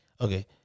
okay